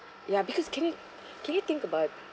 ya because can you can you think about